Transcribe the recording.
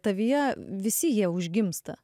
tavyje visi jie užgimsta